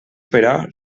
però